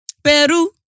Peru